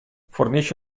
fornisce